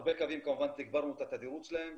הרבה קווים כמובן תגברנו את התדירות שלהם,